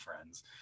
friends